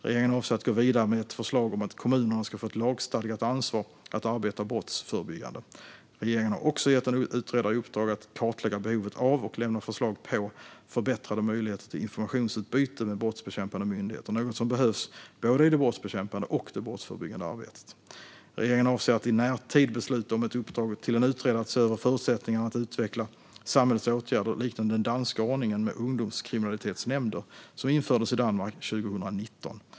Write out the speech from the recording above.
Regeringen avser att gå vidare med ett förslag om att kommunerna ska få ett lagstadgat ansvar att arbeta brottsförebyggande. Regeringen har också gett en utredare i uppdrag att kartlägga behovet av och lämna förslag på förbättrade möjligheter till informationsutbyte med brottsbekämpande myndigheter, något som behövs både i det brottsbekämpande och i det brottsförebyggande arbetet. Regeringen avser att i närtid besluta om ett uppdrag till en utredare att se över förutsättningarna för att utveckla samhällets åtgärder liknande den danska ordningen med ungdomskriminalitetsnämnder, som infördes i Danmark 2019.